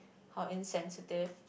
how insensitive